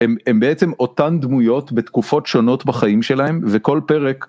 הם בעצם אותן דמויות בתקופות שונות בחיים שלהם וכל פרק.